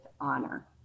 honor